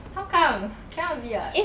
how come cannot be [what]